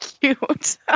cute